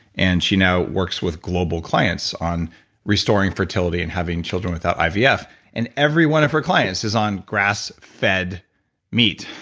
and she now works with global clients on restoring fertility and having children without ivf. yeah and every one of her clients is on grass-fed meat.